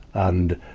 and,